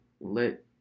let